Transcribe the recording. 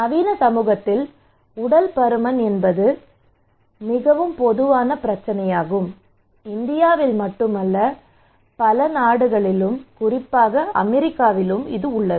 நவீன சமூகத்தில் உடல் பருமன் என்பது மிகவும் பொதுவான பிரச்சினையாகும் இந்தியாவில் மட்டுமல்ல பல நாடுகளிலும் குறிப்பாக அமெரிக்காவில் உள்ளது